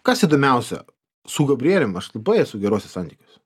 kas įdomiausia su gabrielium aš labai esu geruose santykiuose